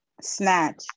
snatch